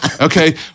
Okay